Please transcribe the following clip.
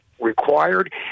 required